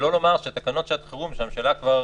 שלא לומר שתקנות שעת חירום, שהממשלה כבר